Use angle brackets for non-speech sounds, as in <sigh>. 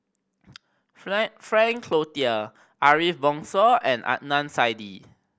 <unintelligible> Frank Cloutier Ariff Bongso and Adnan Saidi